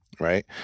Right